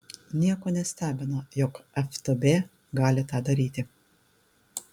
nieko nestebina jog ftb gali tą daryti